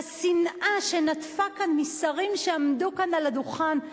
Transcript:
השנאה שנטפה כאן משרים שעמדו על הדוכן,